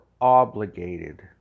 obligated